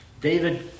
David